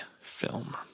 film